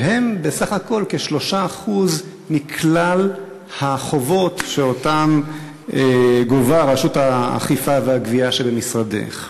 שהם בסך הכול כ-3% מכלל החובות שגובה רשות האכיפה והגבייה שבמשרדך.